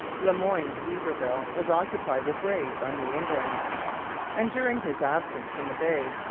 le moyne d'iberville was occupied with raids on new england and during his absence from the bay,